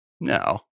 No